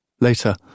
Later